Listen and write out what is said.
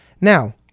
now